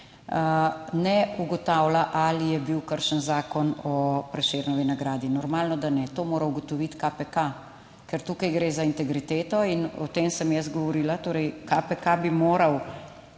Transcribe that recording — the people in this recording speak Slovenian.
ne ugotavlja, ali je bil kršen Zakon o Prešernovi nagradi. Normalno, da ne, to mora ugotoviti KPK, ker tukaj gre za integriteto in o tem sem jaz govorila. Torej, KPK bi moral